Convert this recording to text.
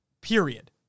period